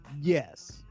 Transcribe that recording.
Yes